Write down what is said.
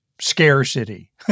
scarcity